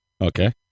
Okay